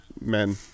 men